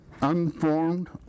unformed